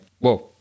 Whoa